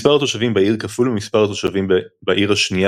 מספר התושבים בעיר כפול ממספר התושבים בעיר השנייה